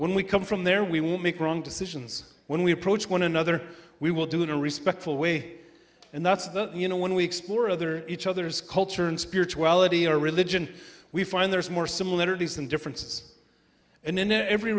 when we come from there we will make wrong decisions when we approach one another we will do in a respectful way and that's that you know when we explore other each other's culture and spirituality or religion we find there's more similarities than differences and in every